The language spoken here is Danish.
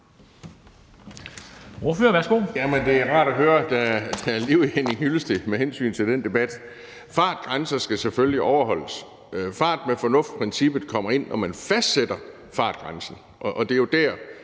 Det er rart at høre, at der er liv i Henning Hyllested med hensyn til den debat. Fartgrænser skal selvfølgelig overholdes. Princippet om fart med fornuft kommer ind, når man fastsætter fartgrænsen,